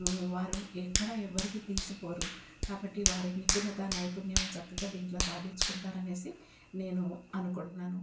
వారు ఎక్కడా ఎవ్వరికీ తీసిపోరు కాబట్టి వారి నిపుణత నైపుణ్యం చక్కగా దీంట్లో సాధించుకుంటారు అనేసి నేను అనుకుంటున్నాను